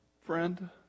friend